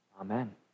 Amen